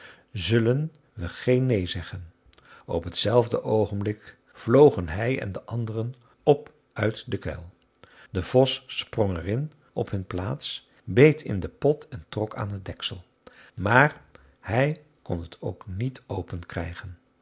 zullen we geen neen zeggen op t zelfde oogenblik vlogen hij en de anderen op uit den kuil de vos sprong er in op hun plaats beet in den pot en trok aan het deksel maar hij kon het ook niet open